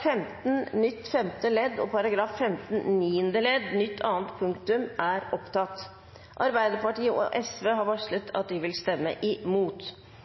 15 nytt femte ledd og § 15 niende ledd nytt annet punktum. Arbeiderpartiet og Sosialistisk Venstreparti har varslet at de vil stemme imot.